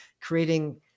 creating